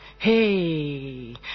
Hey